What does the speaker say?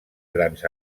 grans